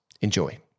Enjoy